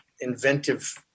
inventive